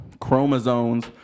chromosomes